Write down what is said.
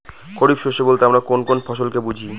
খরিফ শস্য বলতে আমরা কোন কোন ফসল কে বুঝি?